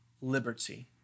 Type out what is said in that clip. liberty